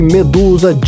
Medusa